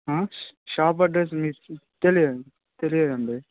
shop address miss తెలీద్ తెలీదండి